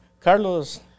Carlos